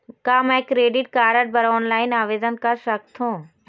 का मैं credit card बर ऑनलाइन आवेदन कर सकथों?